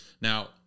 now